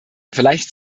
vielleicht